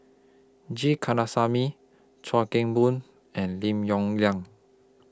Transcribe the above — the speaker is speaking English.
G Kandasamy Chuan Keng Boon and Lim Yong Liang